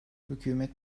hükümet